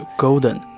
Golden